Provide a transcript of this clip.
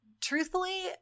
truthfully